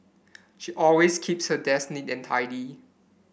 she always keeps her desk neat and tidy